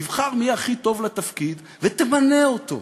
תבחר מי הכי טוב לתפקיד ותמנה אותו.